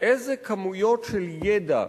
איזה כמויות של ידע,